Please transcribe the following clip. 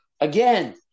again